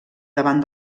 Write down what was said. davant